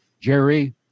Jerry